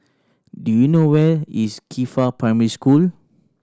do you know where is Qifa Primary School